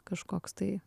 kažkoks tai